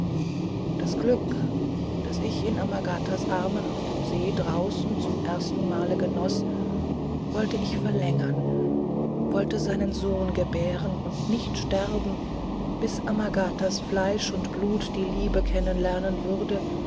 das glück das ich in amagatas armen auf dem see draußen zum ersten male genoß wollte ich verlängern wollte seinen sohn gebären und nicht sterben bis amagatas fleisch und blut die liebe kennen lernen würde